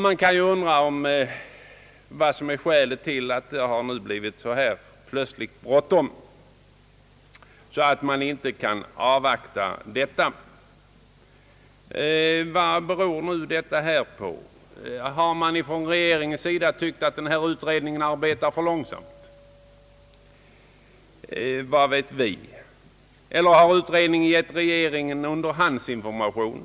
Man kan ju undra vad som är skälet till att det nu plötsligt har blivit så bråttom att man inte kan avvakta detta. Har man från regeringens sida tyckt att utredningen arbetar för långsamt? Vad vet vi? Eller har utredningen givit regeringen underhandsinformationer?